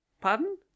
Pardon